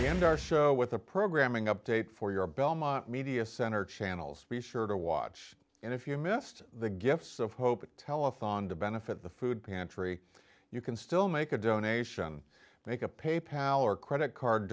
end our show with a programming update for your belmont media center channel's be sure to watch and if you missed the gifts of hope telethon to benefit the food pantry you can still make a donation make a pay pal or credit card